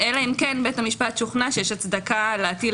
אלא אם כן בית המשפט שוכנע שיש הצדקה להטיל